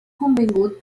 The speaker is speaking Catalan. convingut